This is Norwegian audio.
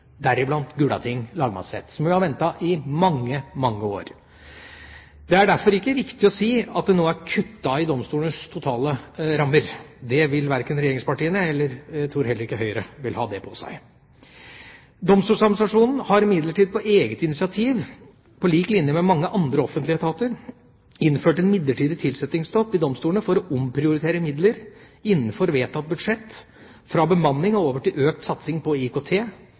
deriblant til Gulating lagmannsrett, som jo har ventet i mange, mange år. Det er derfor ikke riktig å si at det er kuttet i domstolenes totale rammer. Det vil ikke regjeringspartiene – og jeg tror heller ikke Høyre – ha på seg. Domstoladministrasjonen har imidlertid på eget initiativ, på lik linje med mange andre offentlige etater, innført en midlertidig tilsettingsstopp i domstolene for å omprioritere midler innenfor vedtatt budsjett, fra bemanning og over til økt satsing på IKT,